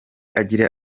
agira